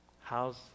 How's